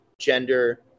gender